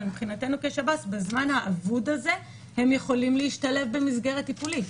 אבל בזמן האבוד הזה הם יכולים להשתלב במסגרת טיפולית.